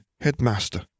Headmaster